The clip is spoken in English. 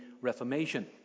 Reformation